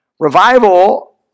Revival